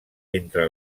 entre